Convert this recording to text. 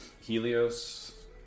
Helios